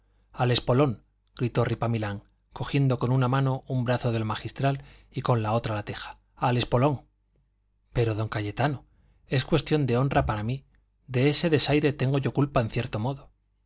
al espolón gritó ripamilán cogiendo con una mano un brazo del magistral y con la otra la teja al espolón pero don cayetano es cuestión de honra para mí de ese desaire tengo yo culpa en cierto modo